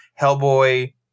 Hellboy